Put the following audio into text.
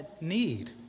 need